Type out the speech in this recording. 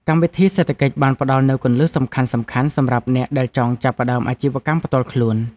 កម្មវិធីសេដ្ឋកិច្ចបានផ្តល់នូវគន្លឹះសំខាន់ៗសម្រាប់អ្នកដែលចង់ចាប់ផ្តើមអាជីវកម្មផ្ទាល់ខ្លួន។